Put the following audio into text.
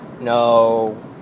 No